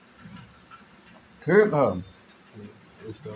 fix के तरह यहू एक सीमित अवधी बदे होला